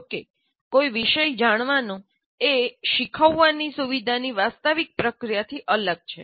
જો કે કોઈ વિષય જાણવાનું એ શીખવવાની સુવિધાની વાસ્તવિક પ્રક્રિયાથી અલગ છે